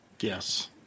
Yes